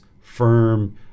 firm